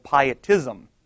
pietism